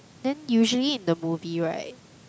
then usually in the movie right